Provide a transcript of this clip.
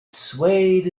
swayed